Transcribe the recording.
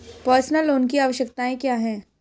Personal loan की आवश्यकताएं क्या हैं?